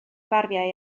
bariau